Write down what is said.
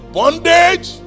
bondage